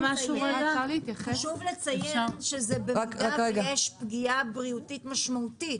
חשוב לציין שזה במידה ויש פגיעה בריאותית משמעותית,